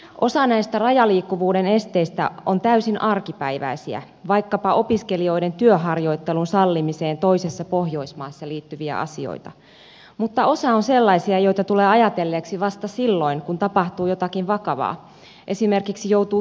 osa näistä rajaliikkuvuuden esteistä on täysin arkipäiväisiä vaikkapa opiskelijoiden työharjoittelun sallimiseen toisessa pohjoismaassa liittyviä asioita mutta osa on sellaisia joita tulee ajatelleeksi vasta silloin kun tapahtuu jotakin vakavaa esimerkiksi joutuu työtapaturmaan